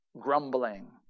grumbling